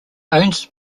owns